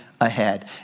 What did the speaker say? ahead